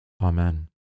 Amen